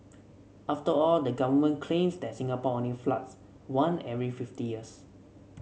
after all the government claims that Singapore only floods one every fifty years